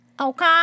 Okay